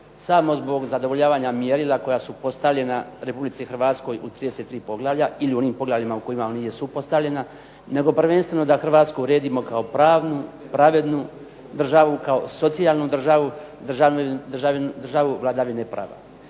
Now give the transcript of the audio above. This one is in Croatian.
samo zbog zadovoljavanja mjerila koja su postavljena Republici Hrvatskoj u 33 poglavlja ili u onih poglavljima u kojima ona jesu postavljena nego prvenstveno da Hrvatsku uredimo kao pravnu, pravednu državu, kao socijalnu državu, državu vladavine prava